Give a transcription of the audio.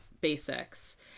basics